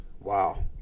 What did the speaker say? wow